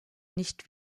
nicht